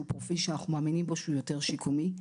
שהוא פרופיל שאנחנו מאמינים בו שהוא יותר שיקומי.